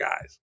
guys